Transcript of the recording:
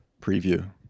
preview